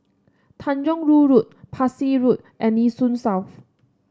Tanjong Rhu Road Parsi Road and Nee Soon South